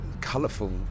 colourful